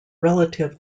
relative